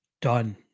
done